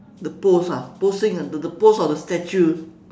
the pose ah posing ah the the pose of the statue